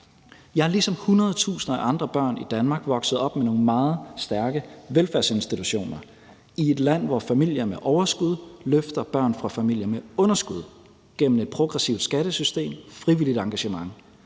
Jeg er ligesom hundredtusinder af andre børn i Danmark vokset op med nogle meget stærke velfærdsinstitutioner i et land, hvor familier med overskud løfter børn fra familier med underskud igennem et progressivt skattesystem og frivilligt engagement.